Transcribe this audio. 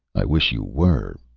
i wish you were,